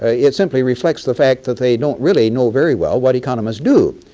ah it simply reflects the fact that they don't really know very well what economists do.